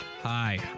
Hi